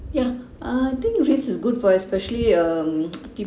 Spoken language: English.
ya I think rates is good for especially um